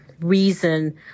reason